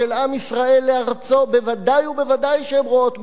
בוודאי ובוודאי שהן רואות בזה זכות ומצווה,